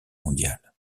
mondiale